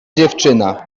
dziewczyna